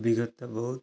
ଅଭିଜ୍ଞତା ବହୁତ